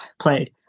played